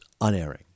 unerring